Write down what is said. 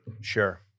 sure